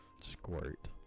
squirt